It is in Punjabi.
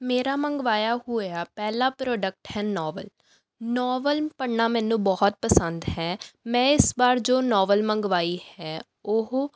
ਮੇਰਾ ਮੰਗਵਾਇਆ ਹੋਇਆ ਪਹਿਲਾ ਪ੍ਰੋਡਕਟ ਹੈ ਨੋਵਲ ਨੋਵਲ ਪੜ੍ਹਨਾ ਮੈਨੂੰ ਬਹੁਤ ਪਸੰਦ ਹੈ ਮੈਂ ਇਸ ਵਾਰ ਜੋ ਨੋਵਲ ਮੰਗਵਾਈ ਹੈ ਉਹ